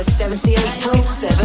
78.7